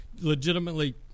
legitimately